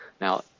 Now